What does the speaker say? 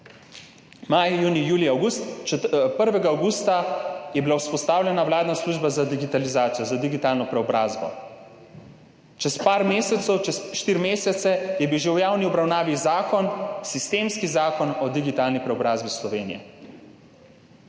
Maj, junij, julij, avgust, 1. avgusta je bila vzpostavljena vladna služba za digitalizacijo, za digitalno preobrazbo. Čez par mesecev, čez štiri mesece, je bil že v javni obravnavi zakon, sistemski zakon o digitalni preobrazbi Slovenije.